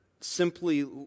simply